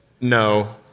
no